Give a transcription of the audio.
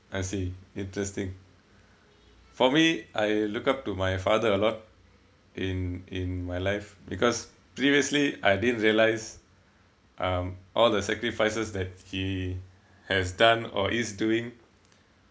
I see interesting for me I look up to my father a lot in in my life because previously I didn't realise um all the sacrifices that he has done or is doing